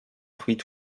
fruits